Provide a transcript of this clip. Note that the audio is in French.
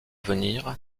venir